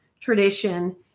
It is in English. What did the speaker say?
tradition